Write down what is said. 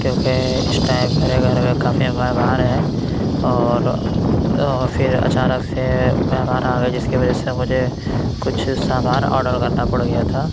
کیونکہ اِس ٹائم میرے گھر میں کافی مہمان ہیں اور پھر اچانک سے مہمان آ گئے جس کی وجہ سے مجھے کچھ سامان آڈر کرنا پڑ گیا تھا